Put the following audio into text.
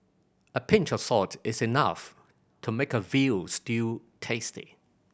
a pinch of salt is enough to make a veal stew tasty